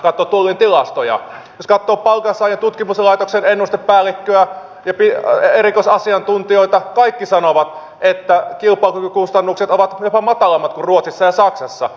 jos katsoo palkansaajien tutkimuslaitoksen ennustepäällikköä ja erikoisasiantuntijoita kaikki sanovat että kilpailukykykustannukset ovat jopa matalammat kuin ruotsissa ja saksassa